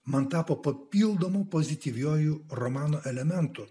man tapo papildomu pozityviuoju romano elementu